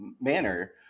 manner